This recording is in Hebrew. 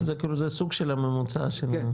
זה כאילו זה סוג של הממוצע שלהם.